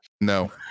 no